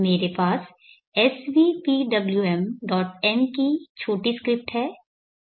मेरे पास svpwmm की छोटी स्क्रिप्ट है